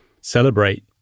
celebrate